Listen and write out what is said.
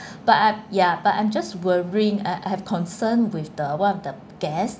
but ya but I'm just worrying I have concern with the one of the guest